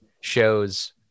shows